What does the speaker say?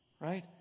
Right